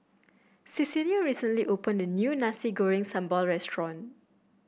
Cecelia recently opened a new Nasi Goreng Sambal Restaurant